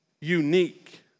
unique